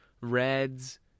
reds